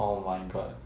oh my god